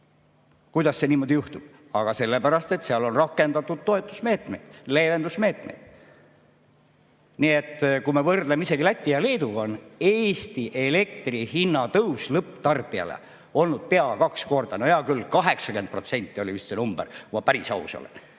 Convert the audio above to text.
Kuidas see niimoodi juhtub? Aga sellepärast, et seal on rakendatud toetusmeetmeid, leevendusmeetmeid. Nii et kui me võrdleme ennast isegi Läti ja Leeduga, on Eesti elektri hinna tõus lõpptarbijale olnud pea kaks korda. No hea küll, 80% oli vist see number, kui päris aus olen,